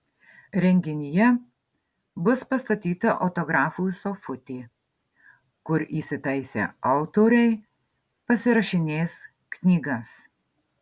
renginyje bus pastatyta autografų sofutė kur įsitaisę autoriai pasirašinės knygas